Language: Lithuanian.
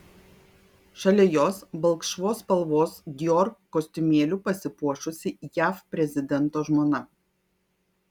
šalia jos balkšvos spalvos dior kostiumėliu pasipuošusi jav prezidento žmona